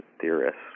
theorists